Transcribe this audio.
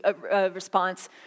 response